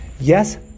Yes